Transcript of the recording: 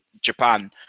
japan